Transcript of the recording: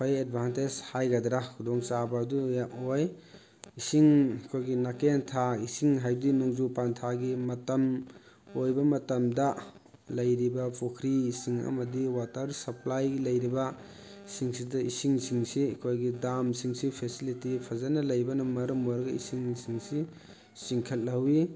ꯐꯩ ꯑꯦꯠꯚꯥꯟꯇꯦꯖ ꯍꯥꯏꯒꯗ꯭ꯔꯥ ꯈꯨꯗꯣꯡꯆꯥꯕ ꯑꯗꯨ ꯑꯣꯏ ꯏꯁꯤꯡ ꯑꯩꯈꯣꯏꯒꯤ ꯅꯥꯀꯦꯟꯊꯥ ꯏꯁꯤꯡ ꯍꯥꯏꯗꯤ ꯅꯣꯡꯖꯨ ꯄꯟꯊꯥꯒꯤ ꯃꯇꯝ ꯑꯣꯏꯕ ꯃꯇꯝꯗ ꯂꯩꯔꯤꯕ ꯄꯨꯈ꯭ꯔꯤ ꯏꯁꯤꯡ ꯑꯃꯗꯤ ꯋꯥꯇꯔ ꯁꯄ꯭ꯂꯥꯏ ꯂꯩꯔꯤꯕ ꯁꯤꯡꯁꯤꯗ ꯏꯁꯤꯡ ꯁꯤꯡꯁꯤ ꯑꯩꯈꯣꯏꯒꯤ ꯗꯥꯝꯁꯤꯡꯁꯤ ꯐꯦꯁꯤꯂꯤꯇꯤ ꯐꯖꯅ ꯂꯩꯕꯅ ꯃꯔꯝ ꯑꯣꯏꯔꯒ ꯏꯁꯤꯡ ꯁꯤꯡꯁꯤ ꯆꯤꯡꯈꯠꯍꯧꯋꯤ